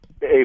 Hey